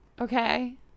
Okay